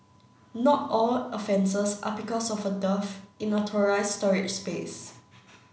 not all offences are because of a dearth in authorised storage space